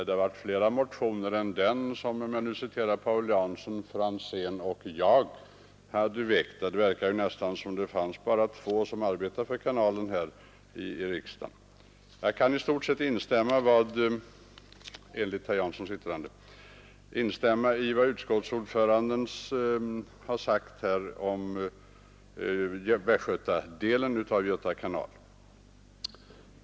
Det har funnits flera motioner än den som, för att citera herr Paul Janson ”herr Franzén och jag hade väckt” — det verkade av herr Janssons yttrande nästan som om det bara fanns två här i riksdagen som arbetade för kanalen. Jag kan för övrigt instämma i vad utskottsordföranden har sagt om västgötadelen av Göta kanal.